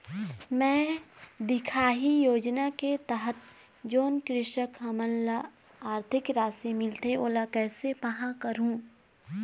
मैं दिखाही योजना के तहत जोन कृषक हमन ला आरथिक राशि मिलथे ओला कैसे पाहां करूं?